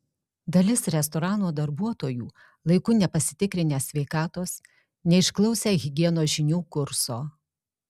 dalis restorano darbuotojų laiku nepasitikrinę sveikatos neišklausę higienos žinių kurso